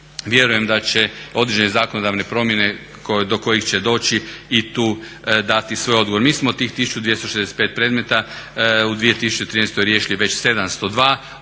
vjerujem da će određene zakonodavne promjene do kojih će doći i tu dati svoj odgovor. Mi smo od tih 1265 predmeta u 2013. riješili već 702